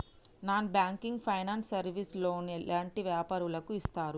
Non banking finance service లో loan ఎలాంటి వ్యాపారులకు ఇస్తరు?